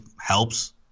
helps